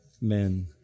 men